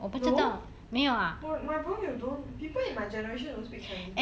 no my 朋友 don't people in my generation don't speak chinese